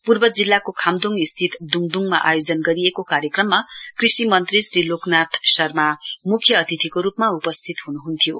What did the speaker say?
पूर्व जिल्लाको खाम्दोड़ स्थित ढ़ङदुङमा आयोजन गरिएको कार्यक्रममा कृषि मन्त्री श्री लोकनाथ शर्मा मुख्य अतिथिको रुपमा उपस्थित हुनुहुन्थ्यो